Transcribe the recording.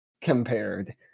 compared